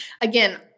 Again